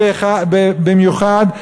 במיוחד,